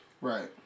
Right